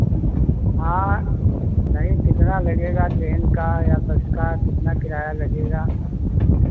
हाँ नहीं कितना लगेगा ट्रेन का या बस का कितना किराया लगेगा